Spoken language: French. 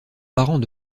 parents